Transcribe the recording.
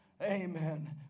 Amen